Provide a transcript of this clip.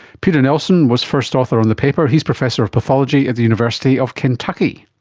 peter nelson was first author on the paper, he is professor of pathology at the university of kentucky.